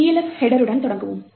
Elf ஹெட்டருடன் தொடங்குவோம்